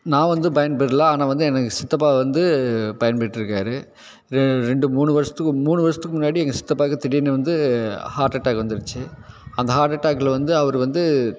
நான் வந்து பயன்பெறல ஆனால் வந்து எனக்கு சித்தப்பா வந்து பயன்பெற்றுருக்காரு ரெ ரெண்டு மூணு வருஷத்துக்கு மூணு வருஷத்துக்கு முன்னாடி எங்கள் சித்தப்பாவுக்கு திடீரென்னு வந்து ஹார்ட் அட்டாக் வந்துடுச்சி அந்த ஹார்ட் அட்டாக்கில் வந்து அவர் வந்து